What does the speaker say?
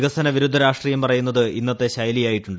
വികസന വിരുദ്ധ രാഷ്ട്രീയം പറയുന്നത് ഇന്നത്തെ ശൈലിയായിട്ടുണ്ട്